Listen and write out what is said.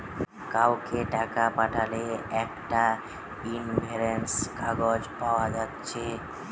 কাউকে টাকা পাঠালে একটা ইনভয়েস কাগজ পায়া যাচ্ছে